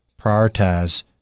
prioritize